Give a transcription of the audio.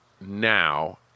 now